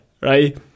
right